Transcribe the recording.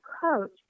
coach